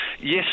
Yes